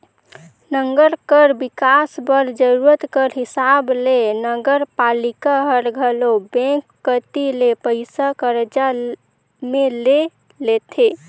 नंगर कर बिकास बर जरूरत कर हिसाब ले नगरपालिका हर घलो बेंक कती ले पइसा करजा में ले लेथे